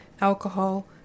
alcohol